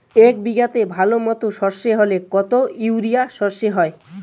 এক বিঘাতে ভালো মতো সর্ষে হলে কত ইউরিয়া সর্ষে হয়?